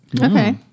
Okay